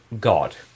God